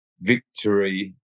victory